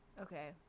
Okay